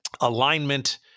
alignment